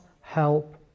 help